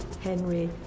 Henry